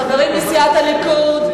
חברים מסיעת הליכוד,